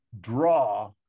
draw